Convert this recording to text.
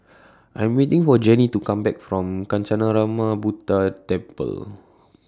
I'm waiting For Jenny to Come Back from Kancanarama Buddha Temple